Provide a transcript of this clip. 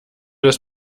das